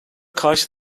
karşı